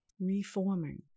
reforming